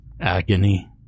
Agony